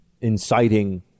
inciting